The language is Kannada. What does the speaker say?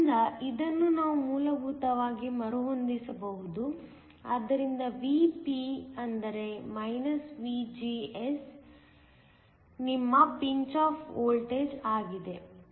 ಆದ್ದರಿಂದ ಇದನ್ನು ನಾವು ಮೂಲಭೂತವಾಗಿ ಮರುಹೊಂದಿಸಬಹುದು ಆದ್ದರಿಂದ Vp ಅಂದರೆ -VGS ನಿಮ್ಮ ಪಿಂಚ್ ಆಫ್ ವೋಲ್ಟೇಜ್ ಆಗಿದೆ